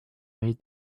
made